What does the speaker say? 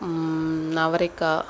அவரைக்காய்